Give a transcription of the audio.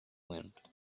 wind